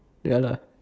ya lah